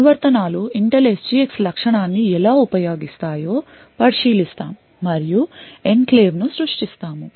అనువర్తనాలు Intel SGX లక్షణాన్ని ఎలా ఉపయోగిస్తాయో పరిశీలిస్తాము మరియు ఎన్క్లేవ్లను సృష్టిస్తాము